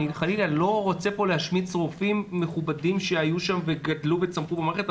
חלילה אני לא רוצה להשמיץ רופאים מכובדים שהיו שם וגדלו ושצמחו במערכת,